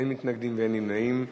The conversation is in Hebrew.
אין מתנגדים, אין נמנעים.